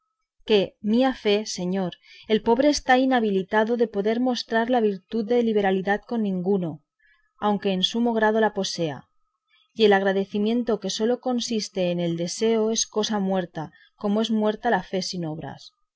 que mía fe señor el pobre está inhabilitado de poder mostrar la virtud de liberalidad con ninguno aunque en sumo grado la posea y el agradecimiento que sólo consiste en el deseo es cosa muerta como es muerta la fe sin obras